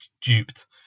duped